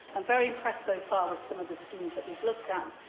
i'm very impressed so far with some of the schemes that we've looked at,